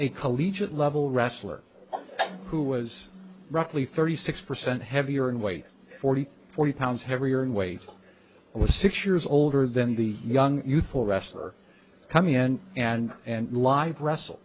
a collegiate level wrestler who was roughly thirty six percent heavier in weight forty forty pounds heavier in weight was six years older than the young youthful wrestler coming in and and live wrestle